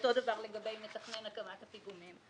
אותו דבר לגבי מתכנן הקמת הפיגומים.